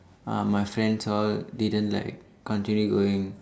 uh my friends all didn't like continue going